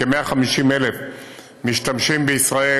כ-150,000 משתמשים בישראל